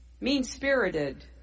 mean-spirited